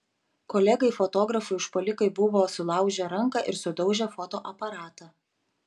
kolegai fotografui užpuolikai buvo sulaužę ranką ir sudaužę fotoaparatą